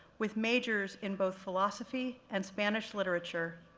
with majors in both philosophy and spanish literature,